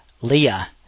Leah